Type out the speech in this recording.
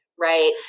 right